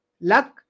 luck